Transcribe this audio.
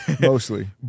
mostly